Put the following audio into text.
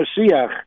Mashiach